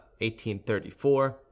1834